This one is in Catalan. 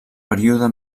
període